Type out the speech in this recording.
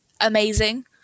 amazing